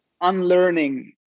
unlearning